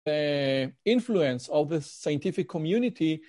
השפעה של החברה מדעית